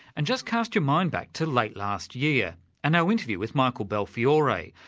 and just cast your mind back to late last year and our interview with michael belfiore,